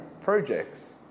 projects